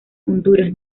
honduras